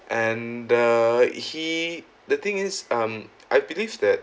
and the he the thing is um I believe that